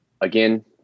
again